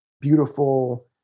beautiful